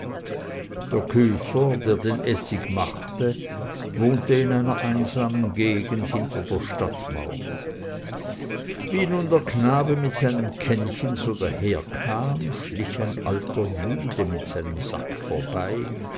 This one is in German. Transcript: der küfer der den essig machte wohnte in einer einsamen gegend hinter der stadtmauer wie nun der knabe mit seinem kännchen so daherkam schlich ein alter jude mit seinem sack vorbei